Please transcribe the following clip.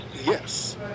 Yes